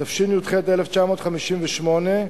התשי"ח 1958,